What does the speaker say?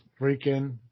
freaking